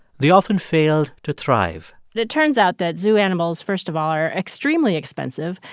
they often failed to thrive it it turns out that zoo animals, first of all, are extremely expensive.